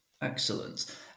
excellent